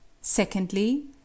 secondly